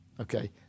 Okay